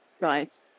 Right